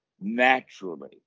naturally